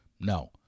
No